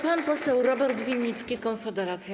Pan poseł Robert Winnicki, Konfederacja.